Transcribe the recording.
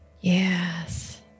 Yes